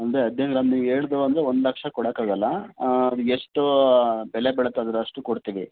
ಅಂದರೆ ಹದಿನೈದು ಗ್ರಾಮ್ ನೀವು ಹೇಳ್ದು ಅಂದರೆ ಒಂದು ಲಕ್ಷ ಕೊಡೋಕ್ಕಾಗಲ್ಲ ಅದು ಎಷ್ಟು ಬೆಲೆ ಬಾಳತ್ತೆ ಅದರಷ್ಟು ಕೊಡ್ತೀವಿ